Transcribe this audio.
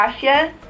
Kasia